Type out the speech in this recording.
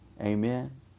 amen